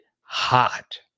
hot